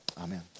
Amen